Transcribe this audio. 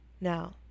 Now